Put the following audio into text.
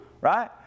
right